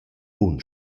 bun